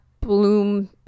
bloom